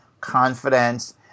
confidence